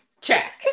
check